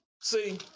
see